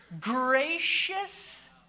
gracious